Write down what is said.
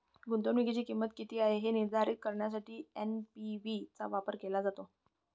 गुंतवणुकीची किंमत किती आहे हे निर्धारित करण्यासाठी एन.पी.वी चा वापर केला जातो